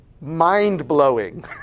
mind-blowing